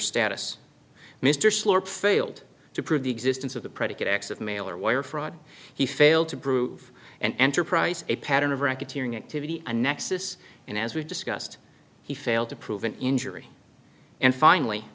status mr slope failed to prove the existence of the predicate acts of mail or wire fraud he failed to prove and enterprise a pattern of racketeering activity and nexus and as we've discussed he failed to prove an injury and finally